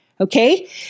Okay